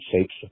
shapes